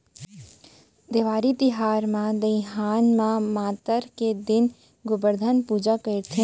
देवारी तिहार म दइहान म मातर के दिन गोबरधन पूजा करथे